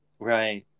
Right